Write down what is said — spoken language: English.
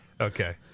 Okay